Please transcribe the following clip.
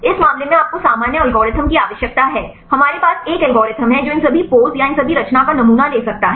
इस मामले में आपको सामान्य एल्गोरिथ्म की आवश्यकता है हमारे पास एक एल्गोरिथम है जो इन सभी पोज़ या इन सभी रचना का नमूना ले सकता है